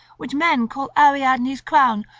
which men call ariadne's crown,